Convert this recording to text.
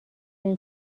این